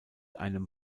einem